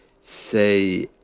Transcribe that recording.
say